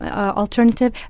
Alternative